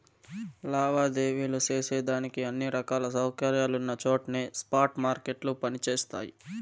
లావాదేవీలు సేసేదానికి అన్ని రకాల సౌకర్యాలున్నచోట్నే స్పాట్ మార్కెట్లు పని జేస్తయి